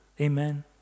Amen